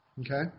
Okay